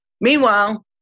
meanwhile